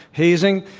hazing?